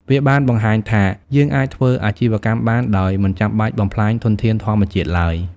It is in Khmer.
វាបានបង្ហាញថាយើងអាចធ្វើអាជីវកម្មបានដោយមិនចាំបាច់បំផ្លាញធនធានធម្មជាតិឡើយ។